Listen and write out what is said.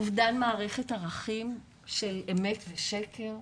אובדן מערכת ערכים של אמת ושקר,